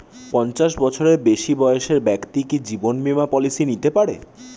পঞ্চাশ বছরের বেশি বয়সের ব্যক্তি কি জীবন বীমা পলিসি নিতে পারে?